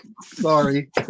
Sorry